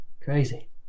Crazy